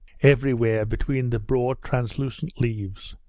everywhere between the broad translucent leaves,